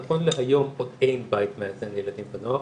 נכון להיום עוד אין בית מאזן לילדים ונוער,